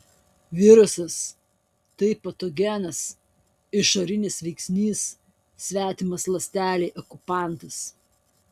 virusas tai patogenas išorinis veiksnys svetimas ląstelei okupantas